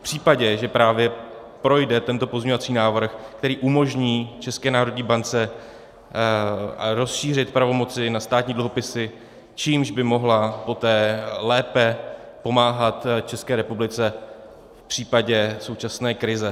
V případě, že právě projde tento pozměňovací návrh, který umožní České národní bance rozšířit pravomoci na státní dluhopisy, čímž by mohla poté lépe pomáhat České republice v případě současné krize.